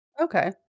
okay